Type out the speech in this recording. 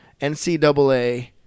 NCAA